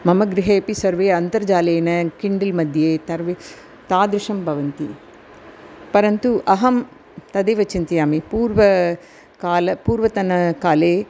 मम गृहेऽपि सर्वे अन्तर्जालेन किण्डल्मध्ये तर्व् तादृशं भवन्ति परन्तु अहं तदेव चिन्तयामि पूर्वकाले पूर्वतनकाले